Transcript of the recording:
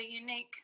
unique